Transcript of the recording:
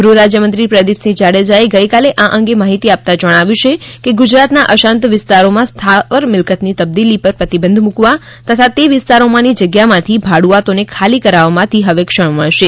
ગૃહ રાજ્યમંત્રી પ્રદીપસિંહ જાડેજાએ ગઇકાલે આ અંગે માહિતી આપતાં જણાવ્યું છે કે ગુજરાતના અશાંત વિસ્તારોમાં સ્થાવર મિલકતની તબદીલી પર પ્રતિબંધ મૂકવા તથા તે વિસ્તારોમાંની જગ્યામાંથી ભાડૂઆતોને ખાલી કરાવવામાંથી હવે ક્ષણ મળશે